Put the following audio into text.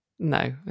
No